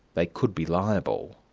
they could be liable.